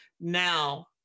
now